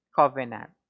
covenant